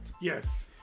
Yes